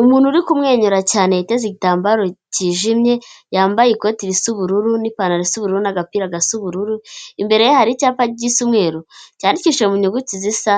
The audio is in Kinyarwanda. Umuntu uri kumwenyura cyane yiteze igitambaro cyijimye, yambaye ikoti risa ubururu n'ipantaro isa ubururu, n;agapira gasa ubururu, imbere ye hari icyapa gisa umweru cyandikishijwe mu nyuguti zisa